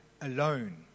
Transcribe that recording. alone